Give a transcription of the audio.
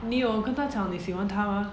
你有跟她讲你喜欢她吗